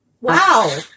Wow